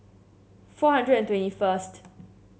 four hundred and twenty first